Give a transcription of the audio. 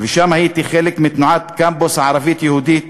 ושם הייתי חלק מתנועת "קמפוס" הערבית-יהודית